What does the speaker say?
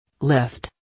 Lift